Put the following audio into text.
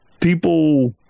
people